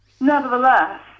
Nevertheless